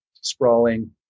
sprawling